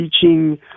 teaching